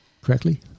correctly